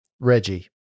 Reggie